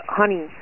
honey